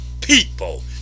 people